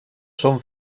són